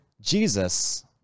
Jesus